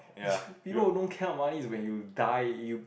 people who don't care about money is when you die you